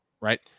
right